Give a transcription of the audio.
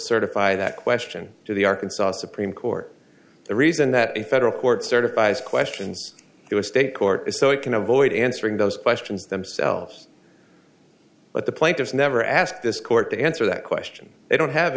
certify that question to the arkansas supreme court the reason that a federal court certifies questions to a state court is so it can avoid answering those questions themselves but the plaintiffs never ask this court to answer that question they don't have